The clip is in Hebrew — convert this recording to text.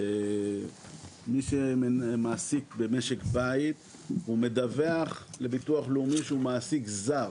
מי שמעסיק במשק בית הוא מדווח שהוא מעסיק זר,